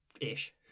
ish